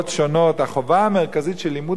החובה המרכזית של לימוד התורה,